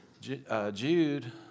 Jude